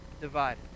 Divided